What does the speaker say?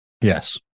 Yes